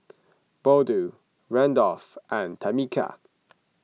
Bode Randolf and Tamika